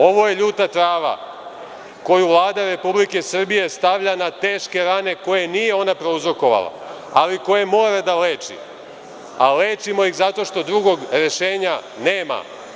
Ovo je ljuta trava koju Vlada Republike stavlja na teške rane koje nije ona prouzrokovala, a koje mora da leči, a lečimo ih zato što drugog rešenja nema.